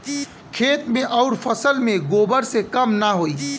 खेत मे अउर फसल मे गोबर से कम ना होई?